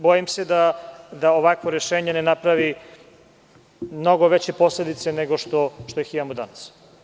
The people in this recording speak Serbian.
Bojim se da ovakvo rešenje ne napravi mnogo veće posledice nego što ih imamo danas.